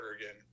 again